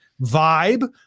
vibe